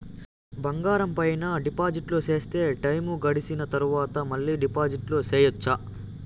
బంగారం పైన డిపాజిట్లు సేస్తే, టైము గడిసిన తరవాత, మళ్ళీ డిపాజిట్లు సెయొచ్చా?